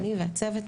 אני והצוות,